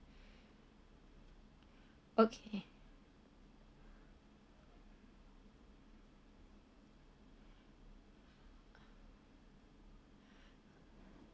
okay